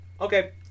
okay